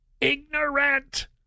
ignorant